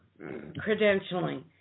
credentialing